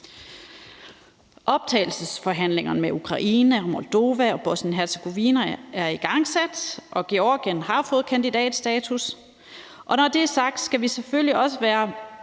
Optagelsesforhandlingerne med Ukraine, Moldova og Bosnien-Hercegovina er igangsat, og Georgien har fået kandidatstatus. Når det er sagt, skal vi selvfølgelig også være